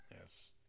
yes